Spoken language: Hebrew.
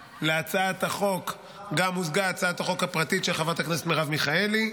להצעת החוק גם מוזגה הצעת החוק הפרטית של חברת הכנסת מרב מיכאלי.